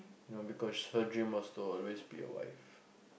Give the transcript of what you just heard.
you know because her dream was to always be a wife